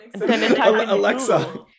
Alexa